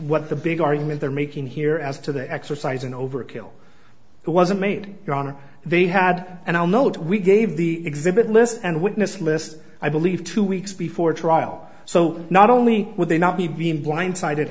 what the big argument they're making here as to the exercise and overkill who wasn't made your honor they had and i'll note we gave the exhibit list and witness list i believe two weeks before trial so not only would they not be being blindsided